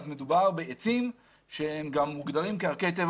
מדובר בעצים שהם גם מוגדרים כערכי טבע